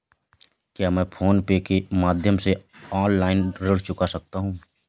क्या मैं PhonePe के माध्यम से ऑनलाइन ऋण चुका सकता हूँ?